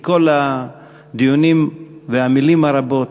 מכל הדיונים והמילים הרבות,